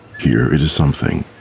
here it is something